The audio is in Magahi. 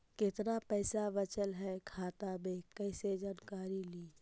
कतना पैसा बचल है खाता मे कैसे जानकारी ली?